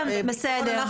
כן, בסדר.